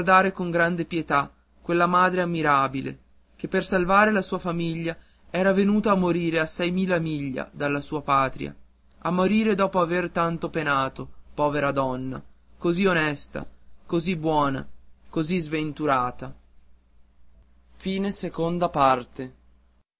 con grande pietà quella madre ammirabile che per salvare la sua famiglia era venuta a morire a sei mila miglia dalla sua patria a morire dopo aver tanto penato povera donna così onesta così buona così sventurata